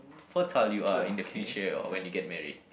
fertile you are in the future or when you get married